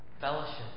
Fellowship